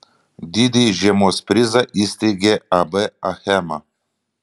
didįjį žiemos prizą įsteigė ab achema